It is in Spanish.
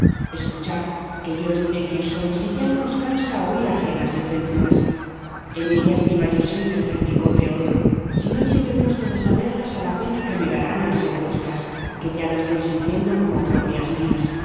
escuchad que yo os diré quién soy si ya no os cansa oír ajenas desventuras en ellas viva yo siempre replicó teodoro si no llegue el gusto de saberlas a la pena que me darán el ser vuestras que ya las voy sintiendo como propias mías